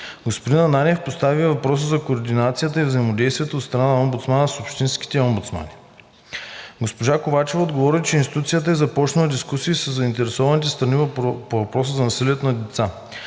Господин Ананиев постави и въпроса за координацията и взаимодействието от страна на омбудсмана с общинските омбудсмани. Госпожа Ковачева отговори, че институцията е започнала дискусии със заинтересованите страни по въпросите за насилието над децата.